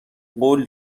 قول